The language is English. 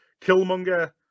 Killmonger